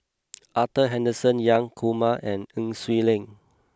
Arthur Henderson Young Kumar and Nai Swee Leng